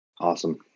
Awesome